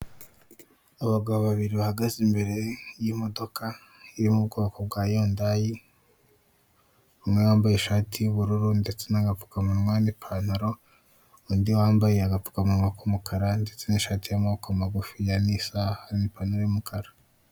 Uyu ni umwe mu mihanda ishobora kuba igaragara mu Rwanda, aho bagaragaza agace imodoka nk'izitwaye abagenzi cyangwa se n'izitwara imizigo zishobora kuba zahagarara umwanya muto mu gihe cy'akaruhuko.